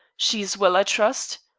she is well, i trust.